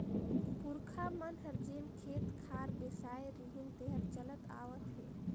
पूरखा मन हर जेन खेत खार बेसाय रिहिन तेहर चलत आवत हे